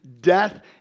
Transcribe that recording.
death